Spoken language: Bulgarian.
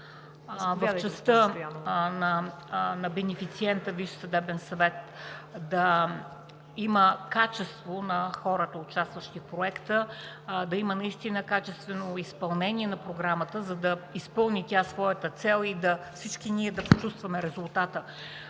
…в частта на бенефициента Висш съдебен съвет да има качество на хората, участващи в проекта, да има наистина качествено изпълнение на програмата, за да изпълни тя своята цел и всички ние да почувстваме резултата